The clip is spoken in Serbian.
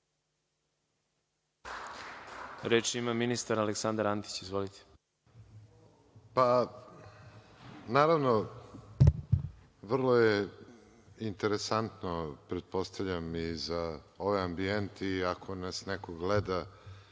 Reč ima ministar Aleksandar Antić. **Aleksandar Antić** Naravno, vrlo je interesantno pretpostavljam i za ovaj ambijent i ako nas neko gleda